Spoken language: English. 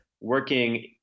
working